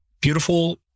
beautiful